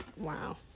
wow